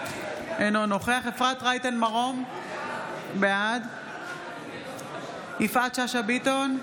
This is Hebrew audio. אינו נוכח אפרת רייטן מרום, בעד יפעת שאשא ביטון,